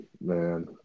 man